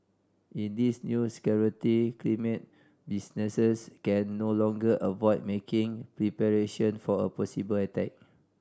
in this new security climate businesses can no longer avoid making preparation for a possible attack